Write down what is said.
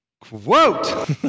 Quote